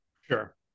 Sure